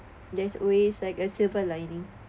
there's always like a silver lightning